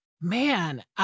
man